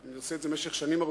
ואני עושה את זה שנים רבות,